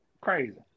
Crazy